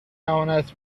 امانت